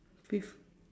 pref~